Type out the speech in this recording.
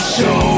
Show